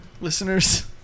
Listeners